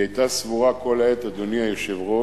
היא היתה סבורה כל העת, אדוני היושב-ראש,